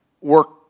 work